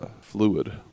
fluid